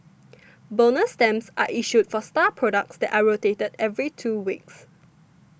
bonus stamps are issued for star products that are rotated every two weeks